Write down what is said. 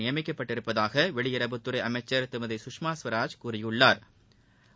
நியமிக்கப்பட்டுள்ளதாக வெளியிறவுத்துறைஅமைச்சா் திருமதி சுஷ்மா ஸ்வராஜ கூறியுள்ளாா்